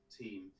team